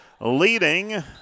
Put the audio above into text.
leading